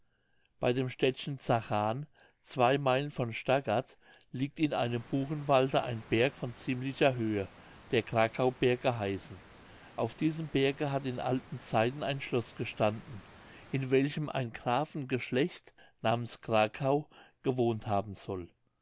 bei dem städtchen zachan zwei meilen von stargard liegt in einem buchenwalde ein berg von ziemlicher höhe der krakauberg geheißen auf diesem berge hat in alten zeiten ein schloß gestanden in welchem ein grafengeschlecht namens krakau gewohnt haben soll